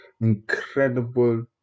incredible